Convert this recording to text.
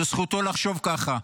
זו זכותו לחשוב ככה.